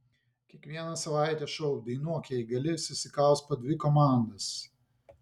kiekvieną savaitę šou dainuok jei gali susikaus po dvi komandas